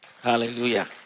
Hallelujah